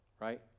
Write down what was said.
right